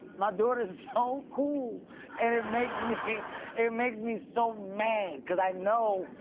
my daughter is so cool and it makes me it makes me so mad. because i know,